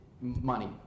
money